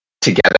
together